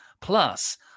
Plus